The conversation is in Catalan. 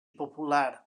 popular